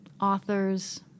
authors